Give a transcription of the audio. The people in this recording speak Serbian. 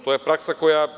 To je praksa koja